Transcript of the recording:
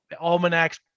almanacs